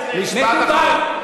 דקה אחת,